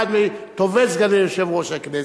שהוא היה אחד מטובי סגני יושב-ראש הכנסת,